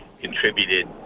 contributed